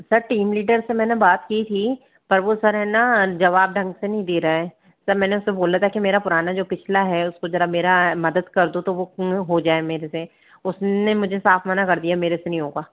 sir team leader से मैंने बात की थी पर वो सर है ना जवाब ढंग से नहीं दे रहा है सर मैंने उससे बोला था कि मेरा जो पुराना जो पिछला है उसको जरा मेरा मदद कर दो तो वो पूर्ण हो जाए मेरे से उसने मुझे साफ मना कर दिया मेरे से नहीं होगा